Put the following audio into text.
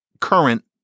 current